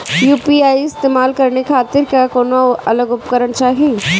UPI इस्तेमाल करने खातिर क्या कौनो अलग उपकरण चाहीं?